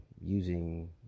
using